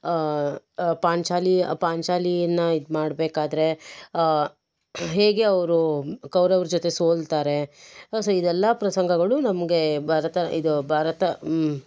ಪಾಂಚಾಲಿ ಪಾಂಚಾಲಿಯನ್ನು ಇದು ಮಾಡಬೇಕಾದ್ರೆ ಹೇಗೆ ಅವರು ಕೌರವ್ರ ಜೊತೆ ಸೋಲ್ತಾರೆ ಸೊ ಇದೆಲ್ಲ ಪ್ರಸಂಗಗಳು ನಮಗೆ ಬರತ ಇದು ಭಾರತ